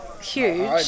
huge